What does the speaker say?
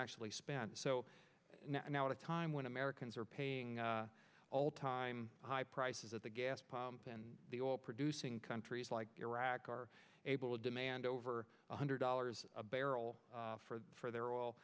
actually spent so now at a time when americans are paying all time high prices at the gas pump and the oil producing countries like iraq are able to demand over one hundred dollars a barrel for their